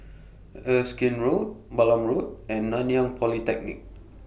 Erskine Road Balam Road and Nanyang Polytechnic